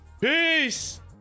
Peace